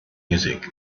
music